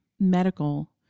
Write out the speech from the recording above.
medical